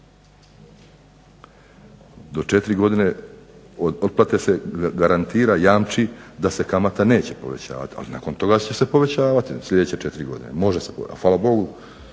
Do 4 godine otplate se garantira, jamči da se kamata neće povećavati, ali nakon toga će se povećavati sljedeće 4 godine, može se povećati. A hvala Bogu